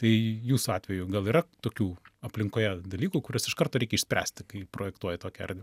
tai jūsų atveju gal yra tokių aplinkoje dalykų kuriuos iš karto reikia išspręsti kai projektuoji tokią erdvę